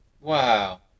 Wow